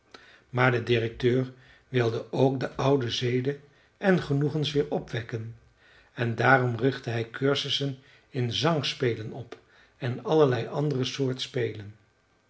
maar de directeur wilde ook de oude zeden en genoegens weer opwekken en daarom richtte hij cursussen in zangspelen op en allerlei ander soort spelen